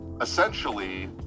essentially